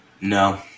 No